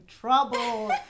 trouble